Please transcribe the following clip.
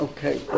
Okay